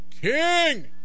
King